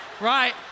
right